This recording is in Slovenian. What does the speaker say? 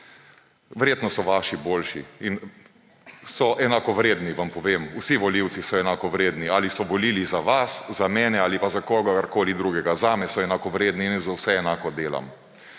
Verjetno so vaši boljši. In so enakovredni, vam povem. Vsi volivci so enakovredni – ali so volili za vas, za mene ali pa za kogarkoli drugega. Za mene so enakovredni in jaz za vse enako delam.